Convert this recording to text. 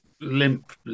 limp